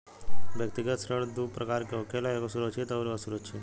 व्यक्तिगत ऋण दू प्रकार के होखेला एगो सुरक्षित अउरी असुरक्षित